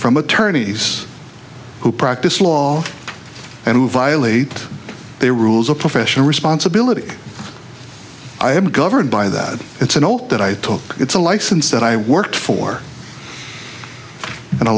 from attorneys who practice law and who violate their rules of professional responsibility i am governed by that it's an old that i took it's a license that i work for and a